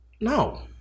No